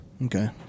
Okay